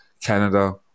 Canada